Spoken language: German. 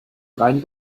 rein